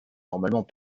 normalement